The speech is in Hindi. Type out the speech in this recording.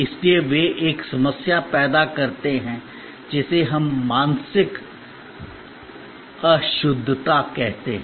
इसलिए वे एक समस्या पैदा करते हैं जिसे हम मानसिक अशुद्धता कहते हैं